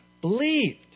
believed